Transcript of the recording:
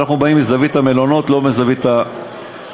אנחנו באים מזווית המלונות, לא מזווית המגורים.